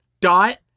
dot